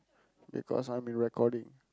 because I'm in recording